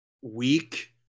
weak